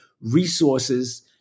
resources